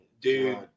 Dude